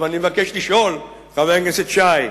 אבל אני מבקש לשאול, חבר הכנסת שי,